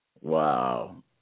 Wow